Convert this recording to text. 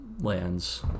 Lands